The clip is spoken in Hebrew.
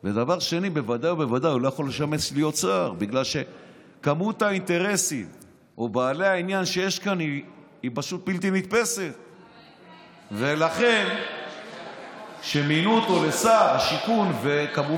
2. בוודאי ובוודאי הוא לא יכול לשמש כשר כי כמות